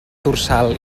dorsal